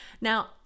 Now